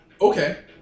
Okay